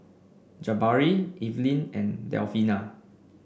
Jabari Evelyn and Delfina